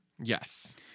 Yes